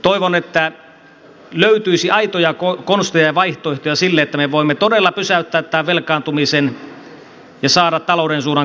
toivon että löytyisi aitoja konsteja ja vaihtoehtoja sille että me voimme todella pysäyttää tämän velkaantumisen ja saada talouden suunnan kääntymään